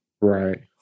Right